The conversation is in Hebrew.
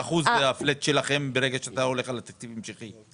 מ-3% ברגע שאתה הולך על תקציב המשכי.